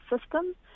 system